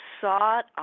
sought